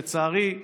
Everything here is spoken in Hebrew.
לצערי,